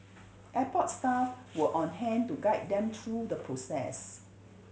airport staff were on hand to guide them through the process